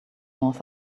north